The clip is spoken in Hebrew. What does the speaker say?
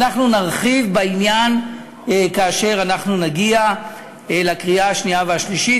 ואנחנו נרחיב בעניין כאשר אנחנו נגיע לקריאה השנייה והשלישית.